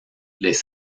les